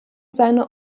seine